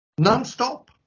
nonstop